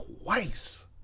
twice